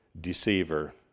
deceiver